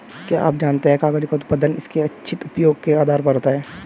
क्या आप जानते है कागज़ का उत्पादन उसके इच्छित उपयोग के आधार पर होता है?